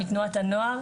מתנועת הנוער,